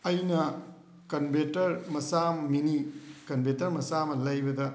ꯑꯩꯅ ꯀꯟꯕꯦꯇꯔ ꯃꯆꯥ ꯑꯃ ꯃꯤꯅꯤ ꯀꯟꯕꯦꯇꯔ ꯃꯆꯥ ꯑꯃ ꯂꯩꯕꯗ